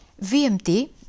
VMT